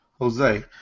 Jose